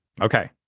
Okay